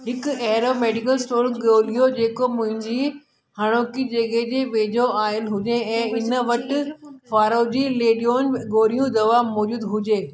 हिकु अहिड़ो medical store ॻोल्हियो जेको मुंहिंजी हाणोकी जॻहि जे वेझो आयल हुजे ऐं इन वटि फराजोलिडोन गोरियूं दवा मौजूदु हुजे